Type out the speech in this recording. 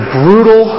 brutal